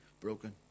broken